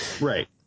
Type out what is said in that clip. right